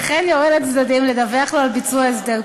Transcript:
וכן יורה לצדדים לדווח לו על ביצוע הסדר פשרה.